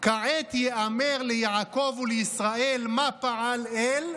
"כעת יאמר ליעקב ולישראל מה פעל אל,